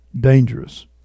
dangerous